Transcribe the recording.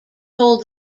hold